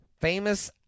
famous